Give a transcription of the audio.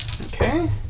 Okay